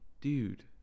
dude